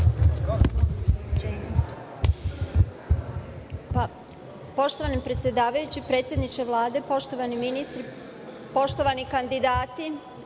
Poštovani predsedavajući, predsedniče Vlade, poštovani ministri, poštovani kandidati